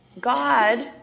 God